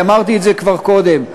אמרתי את זה כבר קודם,